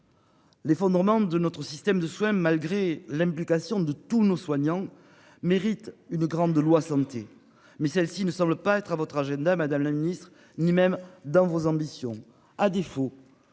L'effondrement de notre système de soins, malgré l'implication de tous nos soignants mérite une grande loi santé mais celle-ci ne semble pas être à votre agenda Madame la Ministre ni même dans vos ambitions